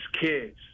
kids